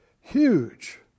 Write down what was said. huge